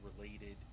related